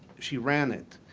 she ran it.